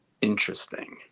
interesting